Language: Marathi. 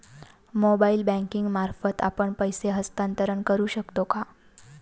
मोबाइल बँकिंग मार्फत आपण पैसे हस्तांतरण करू शकतो का?